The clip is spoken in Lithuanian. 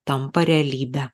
tampa realybe